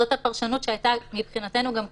זו הפרשנות שהייתה מבחינתנו גם קודם,